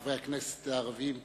חברי הכנסת הערבים,